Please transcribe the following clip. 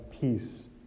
peace